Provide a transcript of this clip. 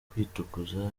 kwitukuza